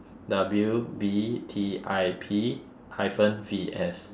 W B T I P hyphen V S